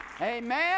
Amen